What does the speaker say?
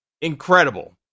Incredible